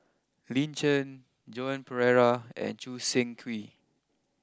Lin Chen Joan Pereira and Choo Seng Quee